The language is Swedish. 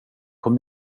kom